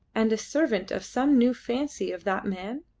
and a servant of some new fancy of that man?